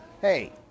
Hey